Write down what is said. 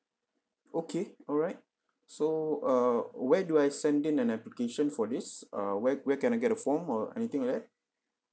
okay alright so uh where do I send in an application for this uh where where can I get a form or anything like that